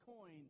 coin